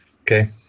Okay